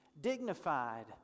dignified